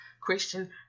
Christian